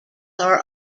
are